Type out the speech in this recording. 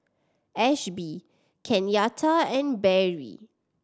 Ashby Kenyatta and Berry